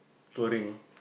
touring